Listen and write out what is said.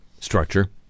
structure